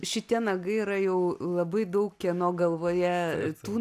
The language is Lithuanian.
šitie nagai yra jau labai daug kieno galvoje tų